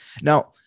Now